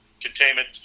containment